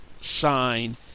sign